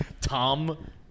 Tom